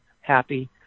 Happy